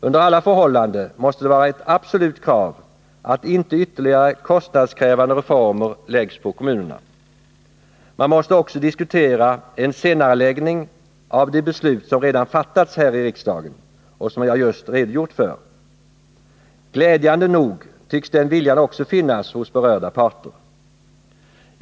Under alla förhållanden måste det vara ett absolut krav att inte ytterligare kostnadskrävande reformer läggs på kommunerna. Man måste också diskutera en senareläggning av genomförandet av de beslut som redan fattats i riksdagen och som jag just redogjort för. Glädjande nog tycks den viljan också finnas hos berörda parter.